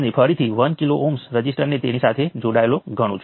તેથી આ એક આ એક સપાટી છે જે 3 નોડ્સ 1 2 અને 3 ને આવરી લે છે